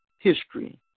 history